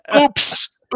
oops